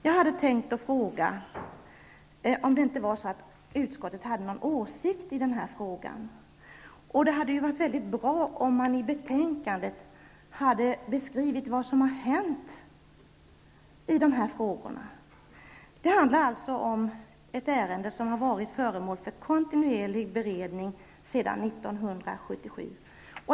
Jag hade tänkt att fråga om inte utskottet hade någon åsikt i denna fråga. Det hade varit bra om man i betänkandet hade beskrivit vad som har hänt på det här området. Detta ärende har alltså varit föremål för kontinuerlig beredning sedan 1977.